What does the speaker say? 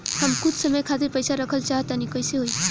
हम कुछ समय खातिर पईसा रखल चाह तानि कइसे होई?